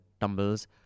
tumbles